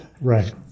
Right